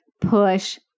push